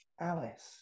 Alice